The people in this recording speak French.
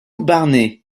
barnet